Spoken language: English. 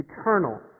Eternal